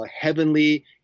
heavenly